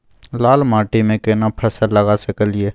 लाल माटी में केना फसल लगा सकलिए?